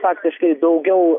faktiškai daugiau